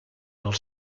els